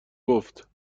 گفت